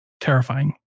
terrifying